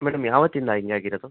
madam ಯಾವತ್ತಿಂದ ಹೀಗೆ ಆಗಿರೊದು